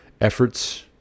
efforts